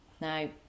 Now